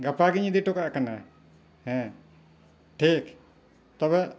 ᱜᱟᱯᱟ ᱜᱤᱧ ᱤᱫᱤ ᱦᱚᱴᱚ ᱠᱟᱜ ᱠᱟᱱᱟ ᱦᱮᱸ ᱴᱷᱤᱠ ᱛᱚᱵᱮ